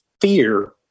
fear